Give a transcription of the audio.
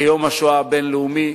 כיום השואה הבין-לאומי,